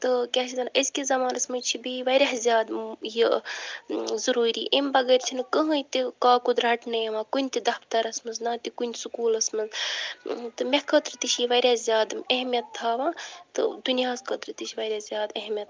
تہٕ کیاہ چھِ اَتھ وَنان أزکِس زَمانَس منٛز چھِ بیٚیہِ واریاہ زِیادٕ یہِ ضرورِی امہِ بغٲر چھَنہٕ کٕہٕنۍ تہِ کاکُد رَٹنہٕ یِوان کُنہِ تہِ دَفتَرس منٛز نہ تہِ کُنہِ سکُولَس منٛز تہٕ مےٚ خٲطرٕ تہِ چھِ یہِ واریاہ زِیادٕ اہمِیَت تھاوان تہٕ دُنیاہَس خٲطرٕ تہِ چھِ واریاہ زیادٕ اہمیت تھاوان